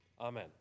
Amen